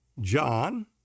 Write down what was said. John